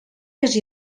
les